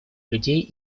людей